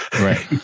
Right